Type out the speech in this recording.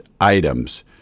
items